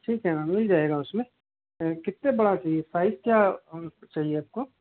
ठीक है ना मिल जाएगा उस में कितने बड़ा चाहिए साइज क्या चाहिए आप को